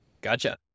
Gotcha